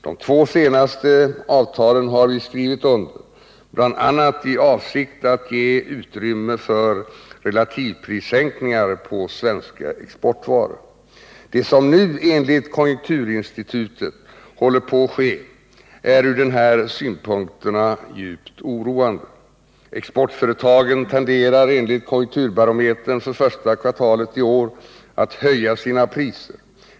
De två senaste avtalen har vi skrivit under bl.a. i avsikt att ge utrymme för relativprissänkningar på svenska exportvaror. Det som nu enligt konjunkturinstitutet håller på att ske är från de här synpunkterna djupt oroande. Exportföretagen tenderar enligt konjunkturbarometern för första kvartalet i år att höja sina priser.